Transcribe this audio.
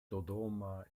dodoma